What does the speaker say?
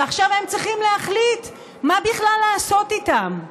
ועכשיו הם צריכים להחליט מה בכלל לעשות איתם.